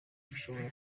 bishobora